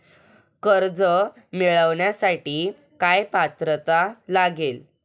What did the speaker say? कर्ज मिळवण्यासाठी काय पात्रता लागेल?